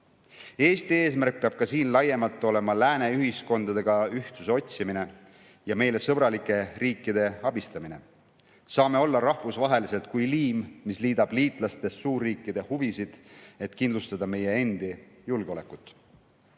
Eesti eesmärk peab siin laiemalt olema lääneühiskondadega ühtsuse otsimine ja meile sõbralike riikide abistamine. Saame olla rahvusvaheliselt kui liim, mis liidab liitlastest suurriikide huvisid, et kindlustada meie endi julgeolekut.